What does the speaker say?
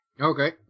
Okay